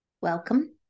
Welcome